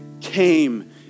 came